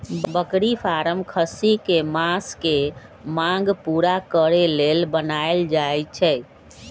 बकरी फारम खस्सी कें मास के मांग पुरा करे लेल बनाएल जाय छै